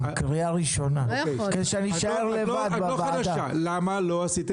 את לא חדשה במשרד הכלכלה.